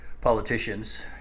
politicians